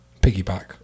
piggyback